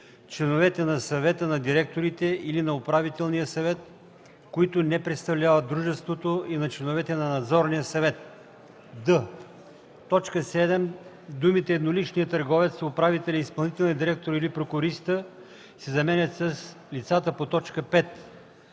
„членовете на съвета на директорите или на управителния съвет, които не представляват дружеството, и на членовете на надзорния съвет”; д) в т. 7 думите „едноличния търговец, управителя, изпълнителния директор или прокуриста” се заменят с „лицата по т.